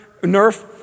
Nerf